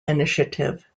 initiative